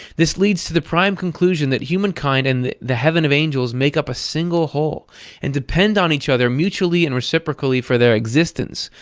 this leads to the prime conclusion that humankind and the the heaven of angels make up a single whole and depend on each other mutually and reciprocally for their existence,